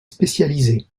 spécialisé